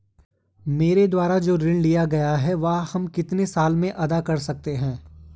मेरे द्वारा जो ऋण लिया गया है वह हम कितने साल में अदा कर सकते हैं?